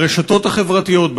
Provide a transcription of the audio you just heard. ברשתות החברתיות,